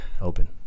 open